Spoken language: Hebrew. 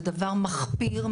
זה דבר מחפיר,